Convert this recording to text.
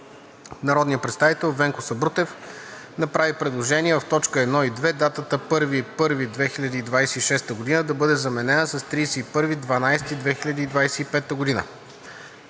Народният представител Венко Сабрутев направи предложение в т. 1 и 2 датата „01.01.2026 г.“ да бъде заменена с датата „31.12.2025 г.“